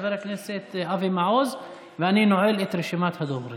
חבר הכנסת אבי מעוז, ואני נועל את רשימת הדוברים.